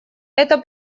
это